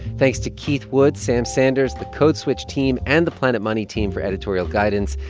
thanks to keith woods, sam sanders, the code switch team and the planet money team for editorial guidance.